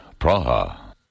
Praha